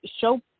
show